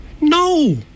No